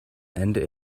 and